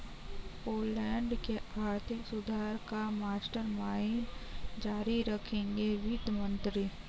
Poland के आर्थिक सुधार का मास्टरमाइंड जारी रखेंगे वित्त मंत्री